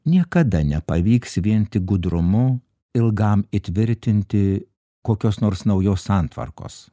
niekada nepavyks vien tik gudrumu ilgam įtvirtinti kokios nors naujos santvarkos